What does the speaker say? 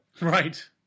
Right